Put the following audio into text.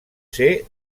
ser